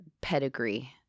pedigree